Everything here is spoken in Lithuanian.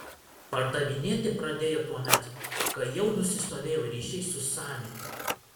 pardavinėti pradėjo tuomet kai jau nusistovėjo ryšiai su sanitu